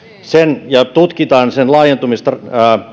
tutkitaan sen laajentumista